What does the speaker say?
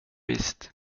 visst